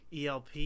ELP